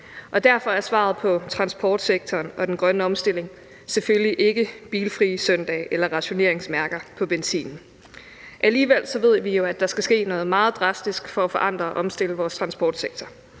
Derfor er svaret i forhold til transportsektoren og den grønne omstilling selvfølgelig ikke bilfrie søndage eller rationeringsmærker på benzin. Alligevel ved vi jo, at der skal ske noget meget drastisk for at forandre og omstille vores transportsektor,